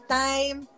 time